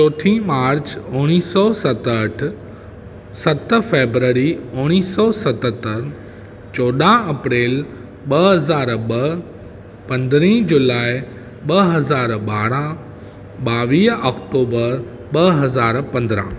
चौथी मार्च उणिवीह सौ सतहठि सत फेब्ररी उणिवीह सौ सतहतरि चोॾहं अप्रैल ॿ हज़ार ॿ पंद्रहं जुलाई ॿ हज़ार ॿारहं बावीह ऑक्टोबर ॿ हज़ार पंद्रहं